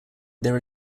there